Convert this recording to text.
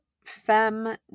Femme